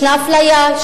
ישנה אפליה,